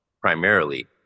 primarily